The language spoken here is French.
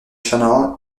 channel